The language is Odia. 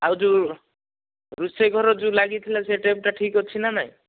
ଆଉ ଯେଉଁ ରୋଷେଇ ଘର ଯେଉଁ ଲାଗିଥିଲା ସେଇ ଟ୍ୟାପଟା ଠିକ୍ ଅଛି ନା ନାହିଁ